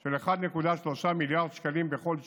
של 1.3 מיליארד שקלים בכל שנה.